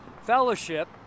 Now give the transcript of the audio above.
fellowship